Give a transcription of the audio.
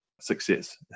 success